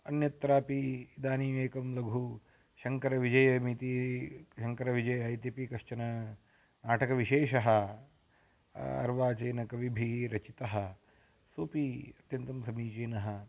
अन्यत्रापि इदानीमेकं लघु शङ्करविजयमिति शङ्करविजयः इत्यपि कश्चन नाटकविशेषः अर्वाचीनकविभिः रचितः सोपि अत्यन्तं समीचीनः